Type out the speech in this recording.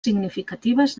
significatives